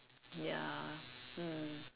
ya mm